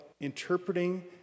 interpreting